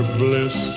bliss